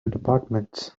departments